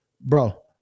bro